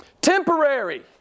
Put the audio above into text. Temporary